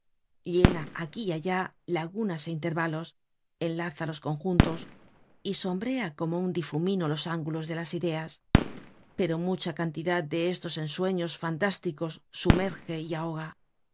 llena aquí y allá lagunas é intervalos enlaza los conjuntos y sombrea como un difumino los ángulos de las ideas pero mucha cantidad de estos ensueños fantásticos sumerje y ahoga